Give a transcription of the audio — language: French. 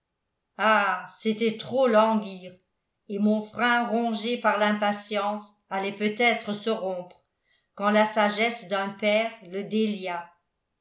ah c'était trop languir et mon frein rongé par l'impatience allait peut-être se rompre quand la sagesse d'un père le délia